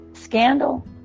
Scandal